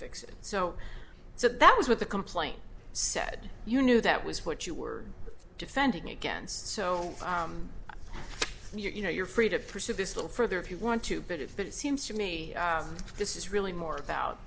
fix it so so that was what the complaint said you knew that was what you were defending against so you know you're free to pursue this little further if you want to but if it seems to me this is really more about